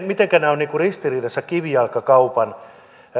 mitenkä nämä ovat ristiriidassa kivijalkakaupan